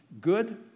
good